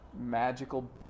magical